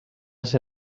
ser